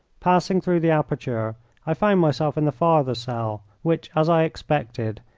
passing through the aperture i found myself in the farther cell, which, as i expected,